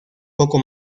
poco